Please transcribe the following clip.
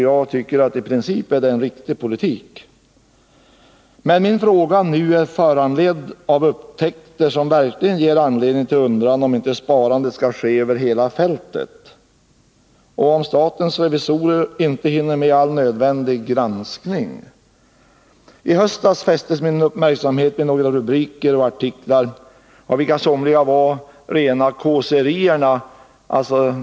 Jag tycker att det i princip är en riktig politik. Men min fråga nu är föranledd av upptäckter som verkligen ger anledning till undran om inte sparandet skall ske över hela fältet, och om statens revisorer inte hinner med all nödvändig granskning. I höstas fästes min uppmärksamhet vid några rubriker och artiklar av vilka somliga var rena kåserierna.